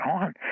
on